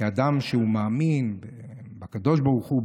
כאדם שמאמין בקדוש ברוך הוא,